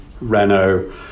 renault